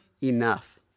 enough